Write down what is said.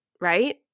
right